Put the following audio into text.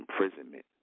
imprisonment